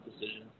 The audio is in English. decision